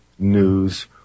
news